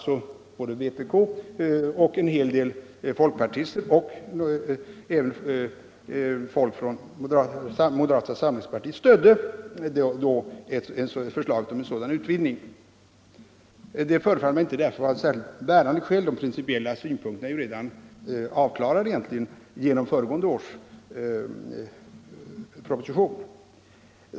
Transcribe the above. Såväl vpk som en hel del folkpartister och även ledamöter från moderata samlingspartiet stödde förslaget om en sådan utvidgning. Att det pågår en utredning förefaller mig därför inte vara något bärande skäl. De principiella synpunkterna är redan avklarade genom föregående års proposition.